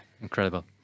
incredible